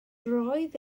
roedd